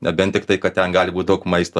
nebent tiktai kad ten gali būt daug maisto